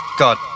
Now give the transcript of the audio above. God